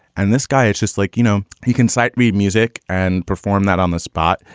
and this guy, it's just like, you know, he can sight read music and perform that on the spot.